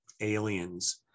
Aliens